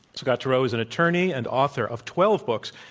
scott turow is an attorney and author of twelve books,